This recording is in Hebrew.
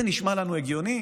זה נשמע לנו הגיוני?